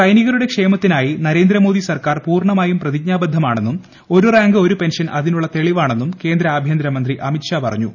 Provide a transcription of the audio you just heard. സൈനികരുടെ ക്ഷേമത്തിനായി നരേന്ദ്ര മോദി സർക്കാർ പൂർണമായും പ്രതിജ്ഞാബദ്ധമാണെന്നും ഒരു റാങ്ക് ഒരു പെൻഷൻ അതിനുള്ള തെളിവാണെന്നും കേന്ദ്ര ആഭ്യന്തരമന്ത്രി അമിത് ഷാ പറഞ്ഞു